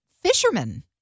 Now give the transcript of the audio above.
fisherman